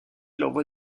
l’envoi